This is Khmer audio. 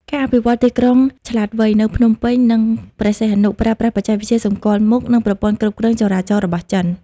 ការអភិវឌ្ឍ "ទីក្រុងឆ្លាតវៃ" នៅភ្នំពេញ និងព្រះសីហនុ ប្រើប្រាស់បច្ចេកវិទ្យាសម្គាល់មុខ និងប្រព័ន្ធគ្រប់គ្រងចរាចរណ៍របស់ចិន។